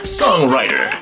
songwriter